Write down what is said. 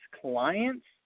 clients